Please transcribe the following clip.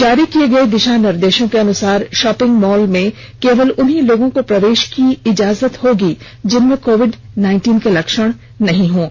जारी किए गए दिशा निर्देश के अनुसार शापिंग मॉल में केवल उन्हीं लोगों को प्रवेश की इजाजत होगी जिनमें कोविड के लक्षण नहीं पाए जाएगें